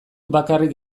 bakarrik